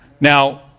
Now